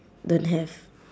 don't have